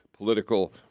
political